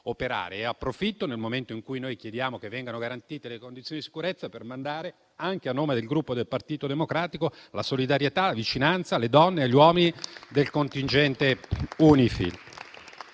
operare. Approfitto, nel momento in cui noi chiediamo che vengano garantite le condizioni di sicurezza, per inviare, anche a nome del Gruppo Partito Democratico, la solidarietà e la vicinanza alle donne e agli uomini del contingente UNIFIL.